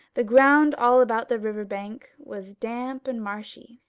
the ground all about the river bank was damp and marshy,